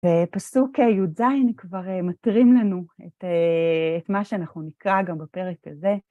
ופסוק יז כבר מטרים לנו את מה שאנחנו נקרא גם בפרק הזה.